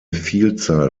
vielzahl